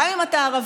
גם אם אתה ערבי,